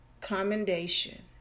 commendation